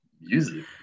Music